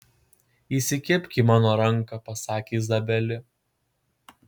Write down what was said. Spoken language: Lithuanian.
įsikibk į mano ranką pasakė izabelė